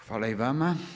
Hvala i vama.